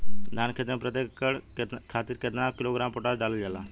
धान क खेती में प्रत्येक एकड़ खातिर कितना किलोग्राम पोटाश डालल जाला?